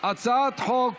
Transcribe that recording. על הצעת חוק